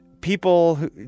people